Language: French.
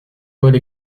pôle